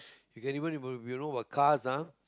you can even if you know about cars ah